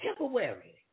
temporary